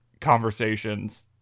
conversations